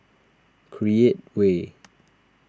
Create Way